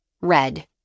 Red